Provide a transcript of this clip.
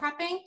prepping